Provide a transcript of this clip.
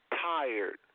tired